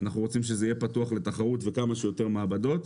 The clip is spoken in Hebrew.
אנחנו רוצים שזה יהיה פתוח לתחרות וכמה שיותר מעבדות,